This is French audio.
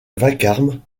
vacarme